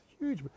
Huge